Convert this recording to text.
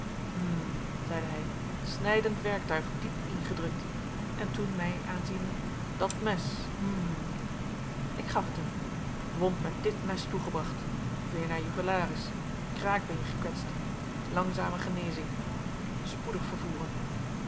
zeide hij snijdend werktuig diep ingedrukt en toen mij aanziende dat mes hm ik gaf het hem wond met dit mes toegebracht vena jugularis kraakbeen gekwetst langzame genezing spoedig vervoeren